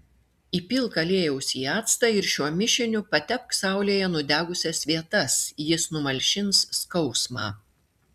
įpilk aliejaus į actą ir šiuo mišiniu patepk saulėje nudegusias vietas jis numalšins skausmą